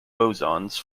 bosons